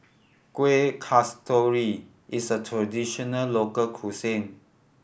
Kueh Kasturi is a traditional local cuisine